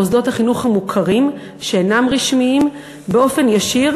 מוסדות החינוך המוכרים שאינם רשמיים באופן ישיר,